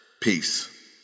Peace